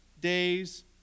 days